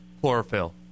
Chlorophyll